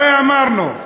הרי אמרנו,